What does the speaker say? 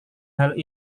hal